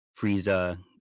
Frieza